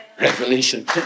Revelation